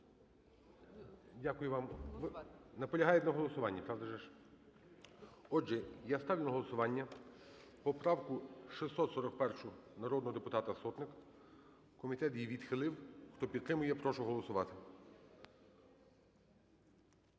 Дякую вам. Наполягають на голосуванні. Отже, я ставлю на голосування поправку 641 народного депутата Сотник. Комітет її відхилив. Хто підтримує, я прошу голосувати.